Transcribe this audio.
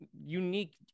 unique